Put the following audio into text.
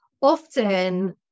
often